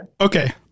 Okay